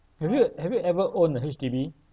have you have you ever owned a H_D_B